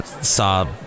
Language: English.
saw